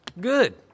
Good